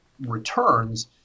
returns